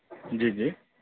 جی جی